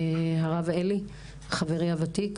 הרב אלי חברי הוותיק,